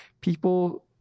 people